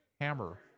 hammer